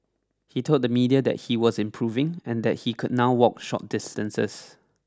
he told the media that he was improving and that he could now walk short distances